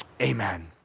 Amen